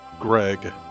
Greg